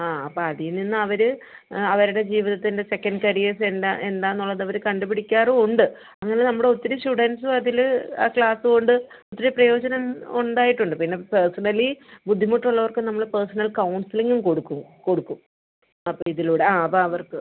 ആ അപ്പം അത് ഈ നിന്നവർ അവരുടെ ജീവിതത്തിൻ്റെ സെക്കൻ കരിയേസെന്താ എന്താണെന്ന് ഉള്ളതവർ കണ്ട്പിടിക്കാറും ഉണ്ട് അങ്ങനെ നമ്മുടെ ഒത്തിരി സ്റ്റുഡൻസു അതിൽ ആ ക്ലാസ് കൊണ്ട് ഒത്തിരി പ്രയോജനം ഉണ്ടായിട്ടുണ്ട് പിന്നെ പേസണലി ബുദ്ധിമുട്ടുള്ളവർക്ക് നമ്മൾ പേസ്ണൽ കൗൺസിലിംഗും കൊടുക്കും കൊടുക്കും അപ്പം ഇതിലൂടെ ആ അതവർക്ക്